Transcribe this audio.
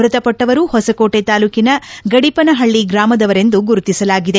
ಮೃತಪಟ್ಟವರು ಹೊಸಕೋಟೆ ತಾಲೂಕಿನ ಗಡಿಪನಹಳ್ಳಿ ಗ್ರಾಮದವರೆಂದು ಗುರುತಿಸಲಾಗಿದೆ